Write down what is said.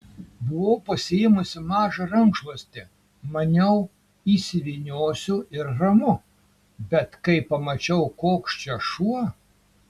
buvau pasiėmusi mažą rankšluostį maniau įsivyniosiu ir ramu bet kai pamačiau koks čia šuo